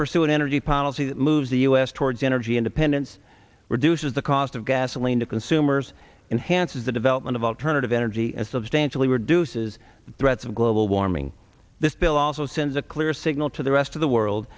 pursue an energy policy that moves us towards energy independence reduces the cost of gasoline to consumers enhanced as the development of alternative energy and substantially reduces the threats of global warming this bill also sends a clear signal to the rest of the world